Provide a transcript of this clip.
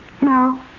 No